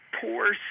poor